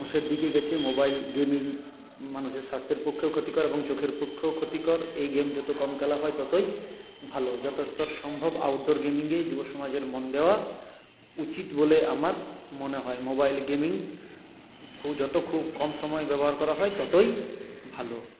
ধ্বংসের দিকে গেছে মোবাইল গেমিং মানুষের স্বাস্থ্যের পক্ষেও ক্ষতিকর এবং চোখের পক্ষেও ক্ষতিকর এই গেম যত কম খেলা হয় ততই ভালো যত দুর সম্ভব আউটডোর গেমিংয়েই যুবসমাজের মন দেওয়া উচিত বলে আমার মনে হয় মোবাইল গেমিং খুব যত খুব কম সময় ব্যবহার করা হয় ততই ভালো